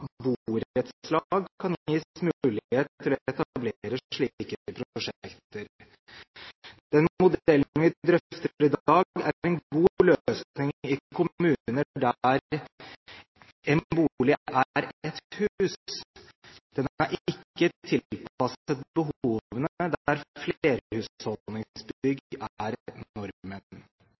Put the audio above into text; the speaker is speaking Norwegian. mulighet til å etablere slike prosjekter. Den modellen vi drøfter i dag, er en god løsning i kommuner der en bolig er et hus. Den er ikke tilpasset behovene der flerhusholdningsbygg er